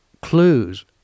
clues